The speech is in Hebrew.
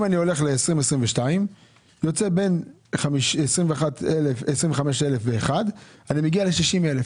אם אני הולך ל-2022 יוצא בין 25,001 ואני מגיע ל-60,000